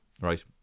right